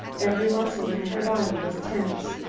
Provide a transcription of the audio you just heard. every muscle in her body was tense.